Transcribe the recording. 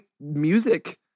music